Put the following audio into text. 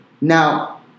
Now